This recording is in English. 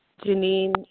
Janine